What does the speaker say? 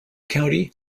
county